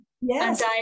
Yes